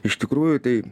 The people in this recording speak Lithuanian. iš tikrųjų tai